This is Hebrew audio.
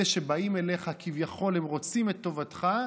אלה שבאים אליך, כביכול הם רוצים את טובתך,